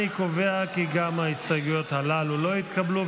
אני קובע כי גם ההסתייגויות הללו לא התקבלו.